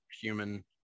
human